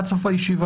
עד סוף הישיבה.